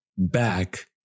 back